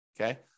Okay